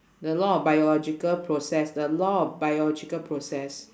the law of biological process the law of biological process